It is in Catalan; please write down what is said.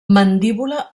mandíbula